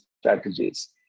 strategies